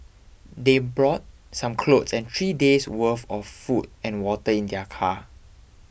they brought some clothes and three days' worth of food and water in their car